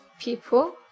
people